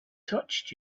touched